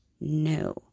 No